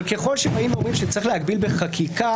אבל ככל שבאים ואומרים שצריך להגביל בחקיקה